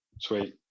Sweet